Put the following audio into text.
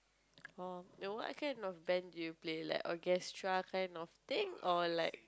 oh what kind of band do you play like orchestra kind of thing or like